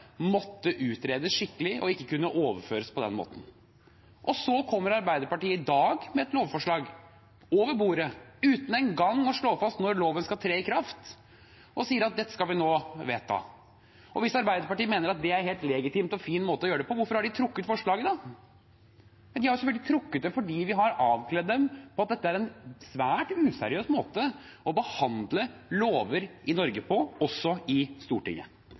måtte utredes skikkelig og ikke kunne overføres på den måten. Så kommer Arbeiderpartiet i dag med et lovforslag, over bordet, uten engang å slå fast når loven skal tre i kraft, og sier at dette skal vi nå vedta. Hvis Arbeiderpartiet mener at det er en helt legitim og fin måte å gjøre det på, hvorfor har de da trukket forslaget? De har selvfølgelig trukket det fordi vi har avkledd dem på at dette er en svært useriøs måte å behandle lover på i Norge – også i Stortinget.